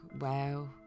wow